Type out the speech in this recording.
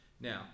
Now